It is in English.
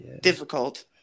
difficult